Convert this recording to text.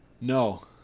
no